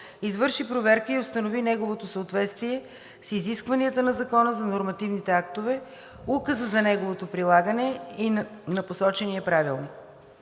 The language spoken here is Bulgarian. извърши проверка и установи неговото съответствие с изискванията на Закона за нормативните актове, указа за неговото прилагане и на посочения правилник.